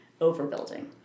overbuilding